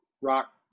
rock